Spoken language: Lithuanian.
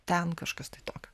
ten kažkas tai tokio